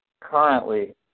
currently